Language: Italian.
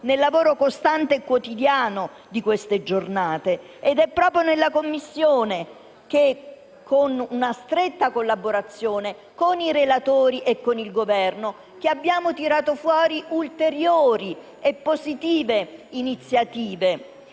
il lavoro costante e quotidiano di queste giornate. Ed è proprio in Commissione che, grazie a una stretta collaborazione con i relatori e con il Governo, abbiamo tirato fuori ulteriori e positive iniziative,